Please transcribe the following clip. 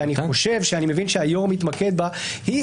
אני חושב שאני מבין שהיו"ר מתמקד במה